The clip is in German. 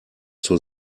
zur